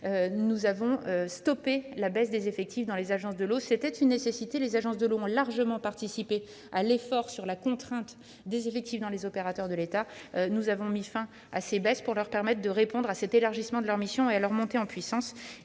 nous avons stoppé la baisse des effectifs dans les agences de l'eau. C'était une nécessité, car celles-ci ont largement participé à l'effort de maîtrise des effectifs parmi les opérateurs de l'État. Nous avons mis fin à ces baisses pour permettre aux agences de l'eau de répondre à l'élargissement de leurs missions et à leur montée en puissance.